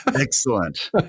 Excellent